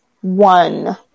one